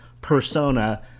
persona